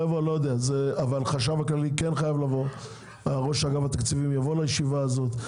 אבל החשב הכללי וראש אגף התקציבים יבואו לישיבה הזו.